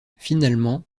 finalement